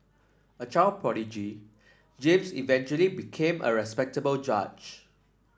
a child prodigy James eventually became a respectable judge